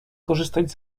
korzystać